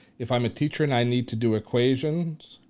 if i'm a teacher, and i need to do equations,